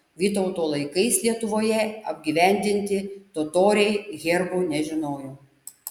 vytauto laikais lietuvoje apgyvendinti totoriai herbų nežinojo